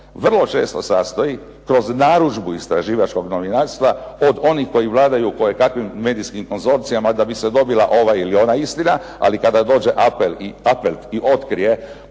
vrlo često sastoji kroz narudžbu istraživačkog novinarstva od onih koji vladaju kojekakvim medijskim konzorcijama da bi se dobila ova ili ona istina. Ali kada dođe Appelt i otkrije